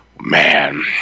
man